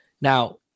Now